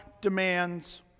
demands